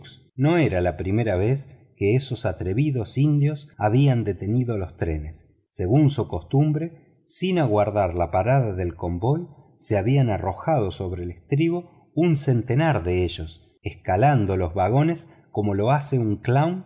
no era la primera vez que esos atrevidos indios habían detenido los trenes según su costumbre sin aguardar la parada del convoy se habían arrojado sobre el estribo un centenar de ellos escalando los vagones como lo hace un clown